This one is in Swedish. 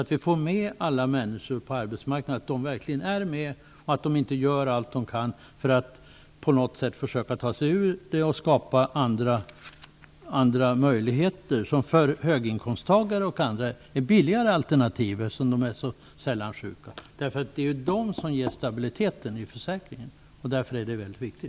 Vi måste få med alla människor på arbetsmarknaden, så att de inte gör allt de kan för att på något sätt försöka ta sig ur detta system och skapar andra möjligheter som är billigare för höginkomsttagare och andra grupper som sällan är sjuka. Det är ju dessa grupper som ger stabiliteten i försäkringen, och detta är därför väldigt viktig.